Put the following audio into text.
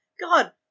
God